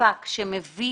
מספק שמביא